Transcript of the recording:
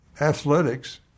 Athletics